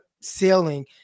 sailing